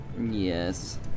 Yes